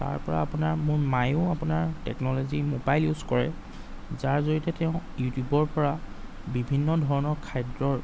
তাৰপৰা আপোনাৰ মোৰ মায়ো আপোনাৰ টেকনল'জি ম'বাইল ইউজ কৰে যাৰ জৰিয়তে তেওঁ ইউটিউবৰপৰা বিভিন্ন ধৰণৰ খাদ্যৰ